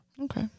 Okay